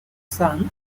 san